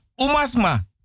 umasma